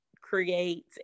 create